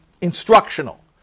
instructional